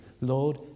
Lord